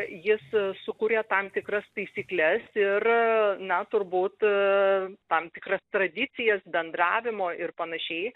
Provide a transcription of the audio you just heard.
jis sukuria tam tikras taisykles ir na turbūt tam tikras tradicijas bendravimo ir panašiai